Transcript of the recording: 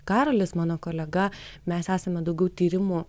karolis mano kolega mes esame daugiau tyrimų